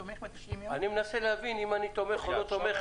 אני מנסה להבין אם אני תומך או לא תומך,